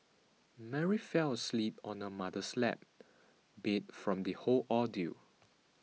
Mary fell asleep on her mother's lap beat from the whole ordeal